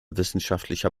wissenschaftlicher